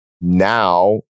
Now